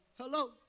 Hello